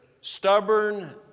stubborn